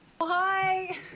Hi